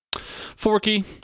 Forky